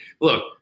look